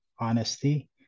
honesty